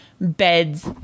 beds